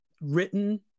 written